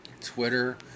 Twitter